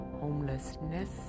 homelessness